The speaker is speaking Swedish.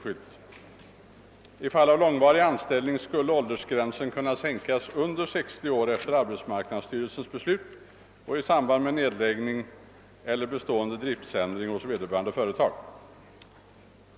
Vid långvarig anställning skulle åldersgränsen efter arbetsmarknadsstyrelsens beslut kunna sänkas till under 60 år vid arbetslöshet i samband med nedläggning av eller bestående driftsändring hos vederbörande företag.